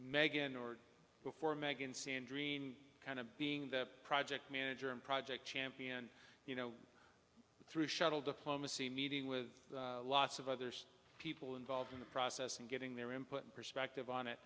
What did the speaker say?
meghan or before meghan sandrine kind of being the project manager and project champion you know through shuttle diplomacy meeting with lots of others people involved in the process and getting their input and perspective on it